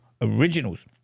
originals